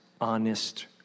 honest